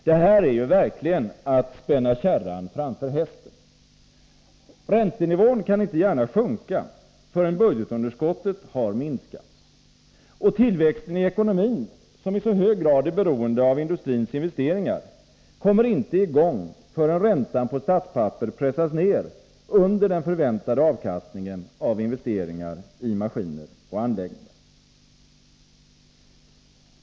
Det här är ju verkligen att spänna kärran framför hästen! Räntenivån kan inte gärna sjunka förrän budgetunderskottet har minskats. Och tillväxten i ekonomin, som i så hög grad är beroende av industrins investeringar, kommer inte i gång förrän räntan på statspapper pressats ner under den förväntade avkastningen av investeringar i maskiner och anläggningar.